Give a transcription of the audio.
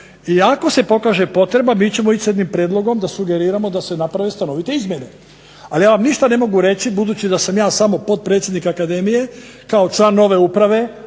i ako se pokaže potreba mi ćemo ići s jednim prijedlogom da sugeriramo da se naprave stanovite izmjene, ali ja vam ništa ne mogu reći budući da sam ja samo potpredsjednik Akademije. Kao član nove uprave